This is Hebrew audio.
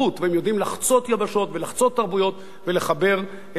והם יודעים לחצות יבשות ולחצות תרבויות ולחבר אלינו